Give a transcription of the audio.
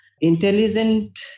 Intelligent